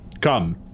Come